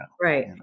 Right